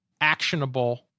actionable